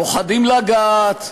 פוחדים לגעת.